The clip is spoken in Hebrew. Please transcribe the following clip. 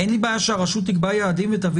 אין לי בעיה שהרשות תקבע יעדים ותביא